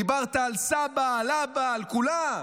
דיברת על סבא, על אבא, על כולם.